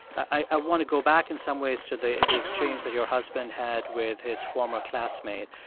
i want to go back, in some ways, to the the exchange that your husband had with his former classmate.